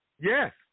Yes